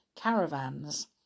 caravans